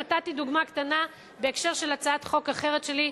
נתתי דוגמה קטנה בהקשר של הצעת חוק אחרת שלי,